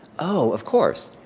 oh, of course.